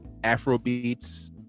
Afrobeats